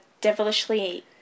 Devilishly